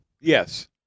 Yes